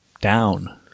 down